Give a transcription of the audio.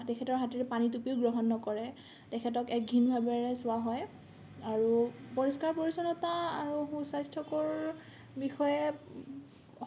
বয়সীয়াল লোক বা ডাঙৰ সন্মানীয় ব্যক্তিসলৰ পৰা বিশেষকে সাধাৰণতে বিৰত থকা দেখা যায় তেওঁলোকৰ স্পৰ্শলৈ নাহে সেইসময়ত ঘৰত পুৰুষসকলে বা অন্যান্য